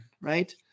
right